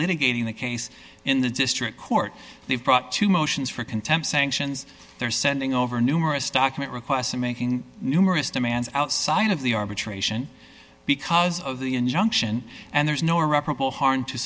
litigating the case in the district court they've brought two motions for contempt sanctions they're sending over numerous document requests and making numerous demands outside of the arbitration because of the injunction and there's no irreparable harm to